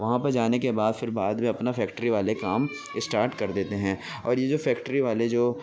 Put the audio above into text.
وہاں پہ جانے کے بعد پھر بعد میں اپنا فیکٹری والے کام اسٹارٹ کر دیتے ہیں اور یہ جو فیکٹری والے جو